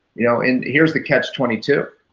you know and here's the catch twenty two.